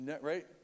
right